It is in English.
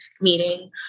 meeting